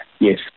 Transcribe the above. Yes